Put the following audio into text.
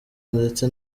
ndetse